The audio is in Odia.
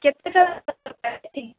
କେତେଟା ଦରକାର କି